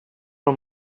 for